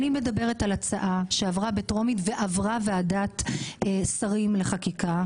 אני מדברת על הצעה שעברה בטרומית ועברה ועדת שרים לחקיקה.